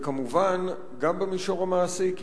וכמובן שגם במישור המעשי,